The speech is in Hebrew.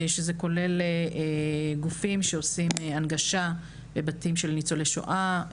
שזה כולל גופים שעושים הנגשה לבתים של ניצולי שואה,